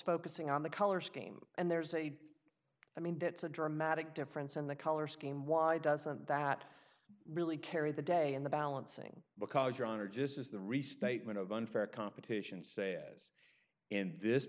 focusing on the color scheme and there's a i mean that's a dramatic difference in the color scheme why doesn't that really carry the day in the balancing because your honor just as the restatement of unfair competition say as in this